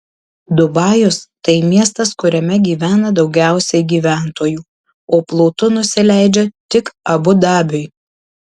dubajus tai miestas kuriame gyvena daugiausiai gyventojų o plotu nusileidžia tik abu dabiui